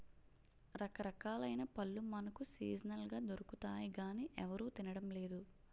రకరకాలైన పళ్ళు మనకు సీజనల్ గా దొరుకుతాయి గానీ ఎవరూ తినడం లేదు